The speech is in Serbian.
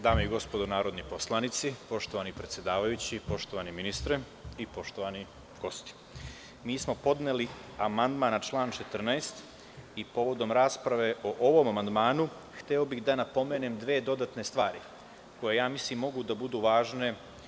Dame i gospodo narodni poslanici, poštovani predsedavajući, poštovani ministre i poštovani gosti, mi smo podneli amandman na član 14. i povodom rasprave o ovom amandmanu, hteo bih da napomenem dve dodatne stvari, koje ja mislim, mogu da budu važne.